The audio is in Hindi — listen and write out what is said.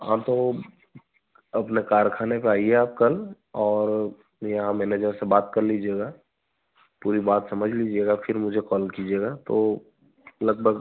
हाँ तो अपने कारखाने पे आइए आप कल और यहाँ मेनेजर से बात कर लीजिएगा पूरी बात समझ लीजिएगा फिर मुझे कॉल कीजिएगा तो लगभग